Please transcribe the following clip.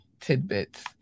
tidbits